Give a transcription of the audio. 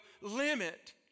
limit